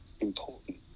important